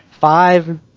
five